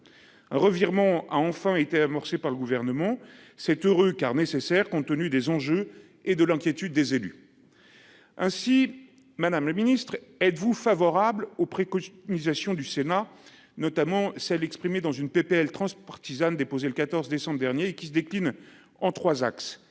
un revirement a enfin été amorcée par le gouvernement 7h car nécessaire compte tenu des enjeux et de l'inquiétude des élus. Ainsi Madame le Ministre, êtes-vous favorable au prix utilisation du Sénat notamment celle exprimée dans une PPL transpartisane déposé le 14 décembre dernier, qui se décline en 3 axes